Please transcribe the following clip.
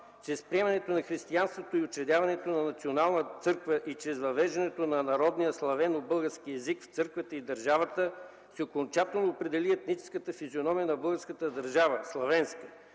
чрез приемането на християнството и учредяването на националната църква и чрез въвеждането на народния славено-български език в църквата и държавата окончателно определи етническата физиономия на българската държава – славенската.